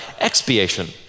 expiation